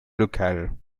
locale